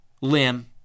limb